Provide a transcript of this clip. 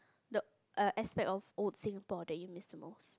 the err aspect of old Singapore that you miss the most